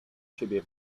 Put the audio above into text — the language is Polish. siebie